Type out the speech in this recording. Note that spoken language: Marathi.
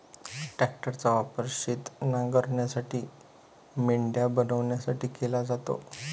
ट्रॅक्टरचा वापर शेत नांगरण्यासाठी, मेंढ्या बनवण्यासाठी केला जातो